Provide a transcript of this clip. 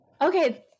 okay